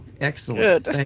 Excellent